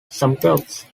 subgroups